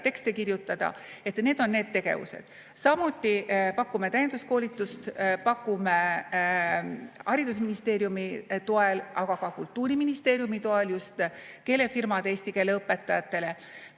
tekste kirjutada – need on need tegevused. Samuti pakume täienduskoolitust, pakume haridusministeeriumi toel, aga ka kultuuriministeeriumi toel, just keelefirmad, eesti keele õpetajatele.